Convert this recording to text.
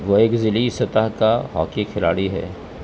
گوگ ضلع سطح کا ہاکی کھلاڑی ہے